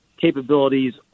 capabilities